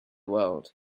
world